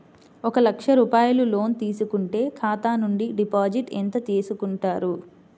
ఒక లక్ష రూపాయలు లోన్ తీసుకుంటే ఖాతా నుండి డిపాజిట్ ఎంత చేసుకుంటారు?